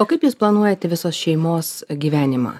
o kaip jūs planuojate visos šeimos gyvenimą